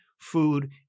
food